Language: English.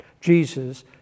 Jesus